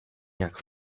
jak